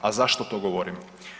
A zašto to govorim?